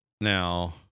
now